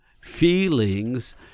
feelings